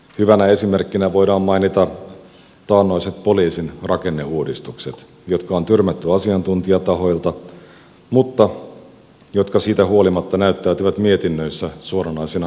hyvänä esimerkkinä voidaan mainita taannoiset poliisin rakenneuudistukset jotka on tyrmätty asiantuntijatahoilta mutta jotka siitä huolimatta näyttäytyvät mietinnöissä suoranaisina neronleimauksina